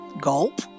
Gulp